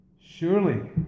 surely